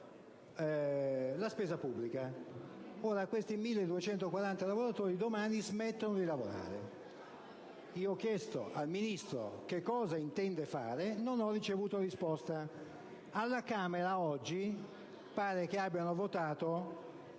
la spesa pubblica. Ora, questi 1.240 lavoratori domani smetteranno di lavorare. Ho chiesto al Ministro che cosa intende fare e non ho ricevuto risposta. Alla Camera oggi sembra abbiano votato